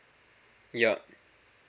yup